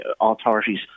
authorities